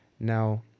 now